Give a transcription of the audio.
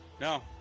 no